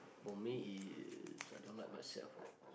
for me is I don't like myself